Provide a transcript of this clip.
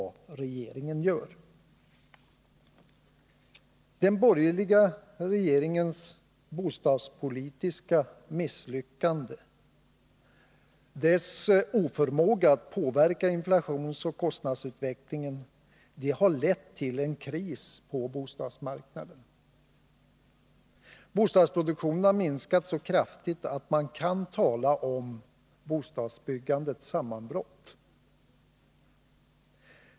Den borgerliga regeringens bostadspolitiska misslyckande, dess oförmåga att påverka inflationsoch kostnadsutvecklingen har lett till en kris på bostadsmarknaden. Bostadsproduktionen har minskat så kraftigt att man kan tala om bostadsbyggandets sammanbrott.